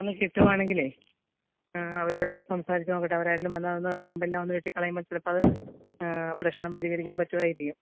ഒന്ന് കിട്ടുവാണെങ്കിലെ അവരോടൊന്ന് സംസാരിച്ച് നോക്കട്ടെ അവരാരേലും വന്നാൽ അതൊന്ന് കമ്പെല്ലാ ഒന്ന് വെട്ടി കളയുമ്പം ചിലപ്പം അത് പ്രശ്നം പരിഹരിക്കാൻ പറ്റുവായിരിക്കും